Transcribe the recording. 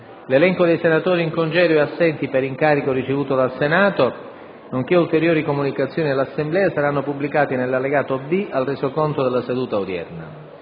L'elenco dei senatori in congedo e assenti per incarico ricevuto dal Senato, nonché ulteriori comunicazioni all'Assemblea saranno pubblicati nell'allegato B al Resoconto della seduta odierna.